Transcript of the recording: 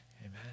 Amen